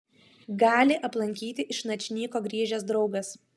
gali aplankyti iš načnyko grįžęs draugas